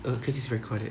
err cause it's recorded